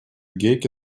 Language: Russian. гейке